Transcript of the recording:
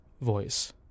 voice